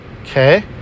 Okay